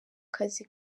kazi